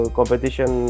competition